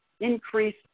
increase